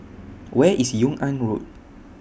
Where IS Yung An Road